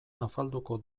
afalduko